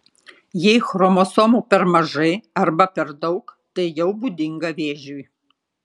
jei chromosomų per mažai arba per daug tai jau būdinga vėžiui